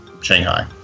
Shanghai